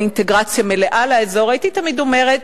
אין אינטגרציה מלאה לאזור, הייתי תמיד אומרת: